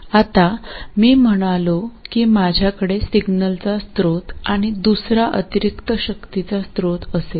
आता मी म्हणालो की माझ्याकडे सिग्नलचा स्रोत आणि दुसरा अतिरिक्त शक्तीचा स्रोत असेल